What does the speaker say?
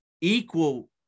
equal